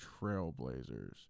Trailblazers